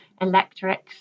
electrics